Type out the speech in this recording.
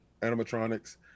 animatronics